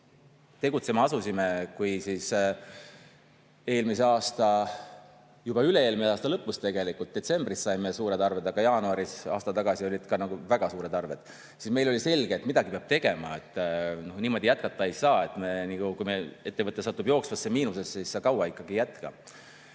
tegutsema asusime. Kui eelmise aasta, juba üle-eelmise aasta lõpus tegelikult, detsembris saime suured arved, aga jaanuaris aasta tagasi olid ka väga suured arved, siis meile oli selge, et midagi peab tegema, niimoodi jätkata ei saa. Kui ettevõte satub jooksvasse miinusesse, siis sa kaua ikkagi ei jätka.